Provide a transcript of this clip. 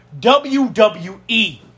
WWE